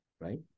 right